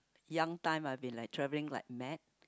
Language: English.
young time I've been travelling like mad